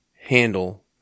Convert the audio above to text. handle